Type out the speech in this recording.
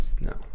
no